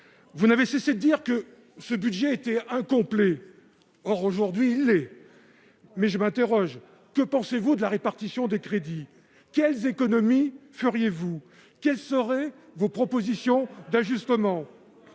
vous n'avez cessé de dire que ce budget était incomplet. Or, aujourd'hui, il l'est effectivement. Par conséquent, je m'interroge. Que pensez-vous de la répartition des crédits ? Quelles économies feriez-vous ? Quelles seraient vos propositions d'ajustement ?